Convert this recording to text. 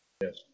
Yes